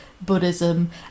buddhism